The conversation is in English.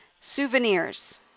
souvenirs